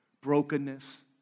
Brokenness